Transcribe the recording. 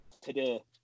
Today